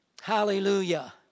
Hallelujah